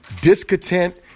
discontent